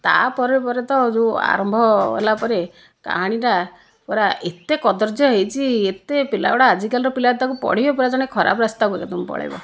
ତାପରେ ପରେ ତ ଯେଉଁ ଆରମ୍ଭ ହେଲା ପରେ କାହାଣୀଟା ପୁରା ଏତେ କଦର୍ଯ୍ୟ ହୋଇଛି ଏତେ ପିଲାଗୁଡ଼ା ଆଜିକାଲିର ପିଲା ଯଦି ତାକୁ ପଢ଼ିବେ ପୁର ଜଣେ ଖରାପ ରାସ୍ତାକୁ ଏକଦମ ପଳେଇବ